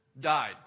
died